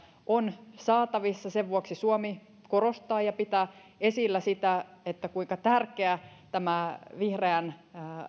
on saatavissa sen vuoksi suomi korostaa ja pitää esillä sitä kuinka tärkeä tämä vihreän